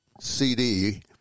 CD